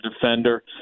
defender